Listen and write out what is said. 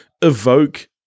evoke